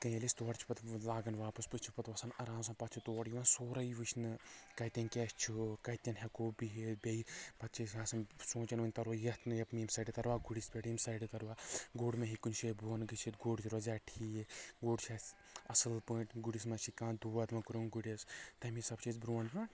کینٛہہ ییٚلہِ أسۍ تور چھِ پتہٕ لاگان واپس پتہٕ چھِ پتہٕ وسان آرام سان پتہٕ چھُ تور یِوان سورُے ؤچھنہٕ کتٮ۪ن کیٛاہ چھُ کتٮ۪ن ہیٚکو بِہِتھ بیٚیہِ پتہٕ چھِ أسۍ آسان سونٛچھان وۄنۍ ترو یتھ ییٚمہِ سایڈٕ ترٕوا گُرِس پٮ۪ٹھ ییٚمہِ سایڈٕ ترٕوا گُر مہ ہیٚکہِ کُنہِ جٲے بۄن گٔژھِتھ گُر روزے ٹھیٖک گُر چھُ اسہِ اصل پٲٹھۍ گُرِس مہ چھُ کانٛہہ دود مہ کوٚرُن گُرِس تمہِ حساب چھِ أسۍ برٛونٛٹھ برٛونٛٹھ